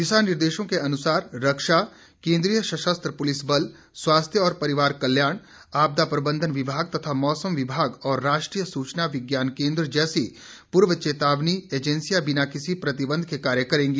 दिशा निर्देशों के अनुसार रक्षा केंद्रीय सशस्त्र पुलिस बल स्वास्थ्य और परिवार कल्याण आपदा प्रबंधन विभाग तथा मौसम विभाग और राष्ट्रीय सूचना विज्ञान केंद्र जैसी पूर्व चेतावनी एजेंसियां बिना किसी प्रतिबंध के कार्य करेंगी